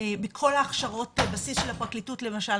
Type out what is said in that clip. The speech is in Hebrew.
מכל ההכשרות בסיס של הפרקליטות למשל,